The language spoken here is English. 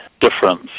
difference